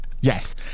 yes